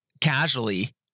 casually